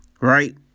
right